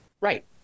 Right